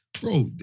bro